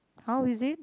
how is it